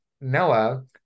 Noah